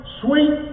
sweet